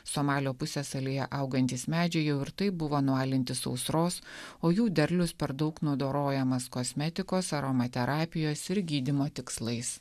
somalio pusiasalyje augantys medžiai jau ir taip buvo nualinti sausros o jų derlius per daug nudorojamas kosmetikos aromaterapijos ir gydymo tikslais